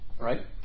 right